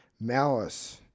malice